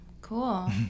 cool